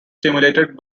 stimulated